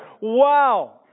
wow